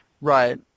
Right